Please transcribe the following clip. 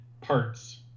parts